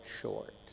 short